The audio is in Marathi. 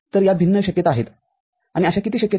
तर या भिन्न शक्यता आहेत आणि अशा किती शक्यता आहेत